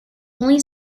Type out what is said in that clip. only